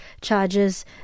charges